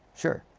sure.